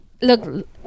Look